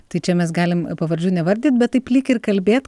tai čia mes galim pavardžių nevardyt bet taip lyg ir kalbėt